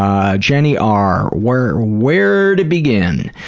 um jenny r, where where to begin?